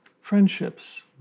friendships